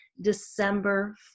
December